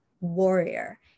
warrior